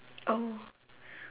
oh